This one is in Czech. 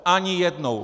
Ani jednou!